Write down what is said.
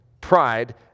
pride